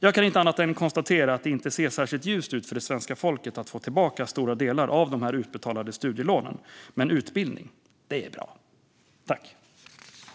Jag kan inte annat än konstatera att det inte ser särskilt ljust ut för det svenska folket att få tillbaka stora delar av de utbetalade studielånen. Men utbildning, det är bra.